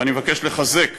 ואני מבקש לחזק,